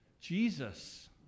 Jesus